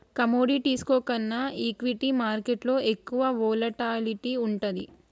కమోడిటీస్లో కన్నా ఈక్విటీ మార్కెట్టులో ఎక్కువ వోలటాలిటీ వుంటది